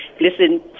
Listen